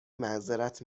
معذرت